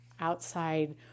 outside